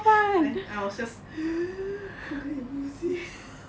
then I was just 不可以呼吸